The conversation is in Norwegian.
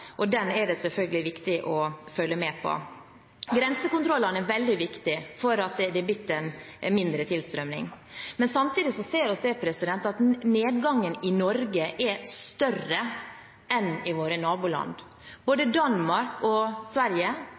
er det selvfølgelig viktig å følge med på. Grensekontrollene har vært veldig viktige for at det er blitt en mindre tilstrømning. Samtidig ser vi at nedgangen i Norge er større enn i våre naboland. Både Danmark og Sverige